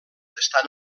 estan